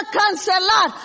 cancelar